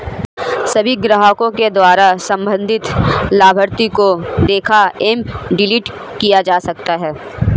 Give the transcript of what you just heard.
सभी ग्राहकों के द्वारा सम्बन्धित लाभार्थी को देखा एवं डिलीट किया जा सकता है